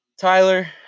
Tyler